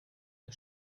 der